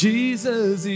Jesus